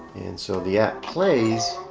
and so the act plays